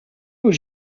aux